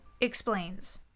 explains